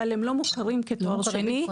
אבל הם לא מוכרים כתואר שני.